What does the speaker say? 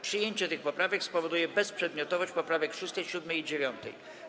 Przyjęcie tych poprawek spowoduje bezprzedmiotowość poprawek 6., 7. i 9.